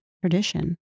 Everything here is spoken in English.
tradition